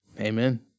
Amen